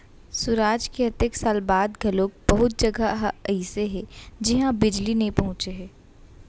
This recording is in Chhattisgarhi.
सुराज के अतेक साल बाद घलोक बहुत जघा ह अइसे हे जिहां बिजली नइ पहुंचे हे